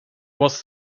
was